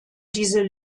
diese